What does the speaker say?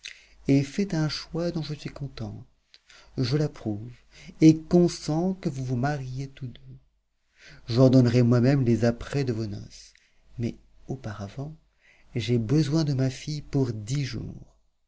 ait fait un choix dont je suis contente je l'approuve et consens que vous vous mariiez tous deux j'ordonnerai moi-même les apprêts de vos noces mais auparavant j'ai besoin de ma fille pour dix jours